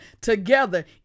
together